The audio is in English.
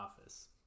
office